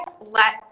let